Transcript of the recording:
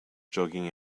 jogging